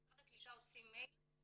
משרד הקליטה הוציא מייל